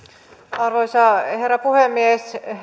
arvoisa herra puhemies